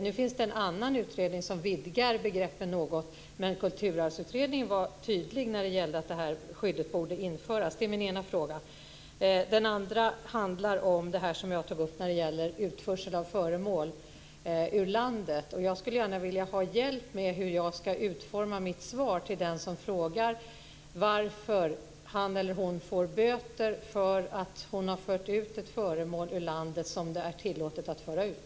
Det finns en annan utredning som vidgar begreppen något, men Kulturarvsutredningen var tydlig när det gällde att detta skydd borde införas. Det är min ena fråga. Den andra frågan handlar om det som jag tog upp när det gäller utförsel av föremål ur landet. Jag skulle vilja ha hjälp med att utforma mitt svar till den som frågar varför hon får böter för att hon har fört ut ett föremål ur landet som det är tillåtet att föra ut.